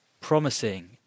promising